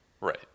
Right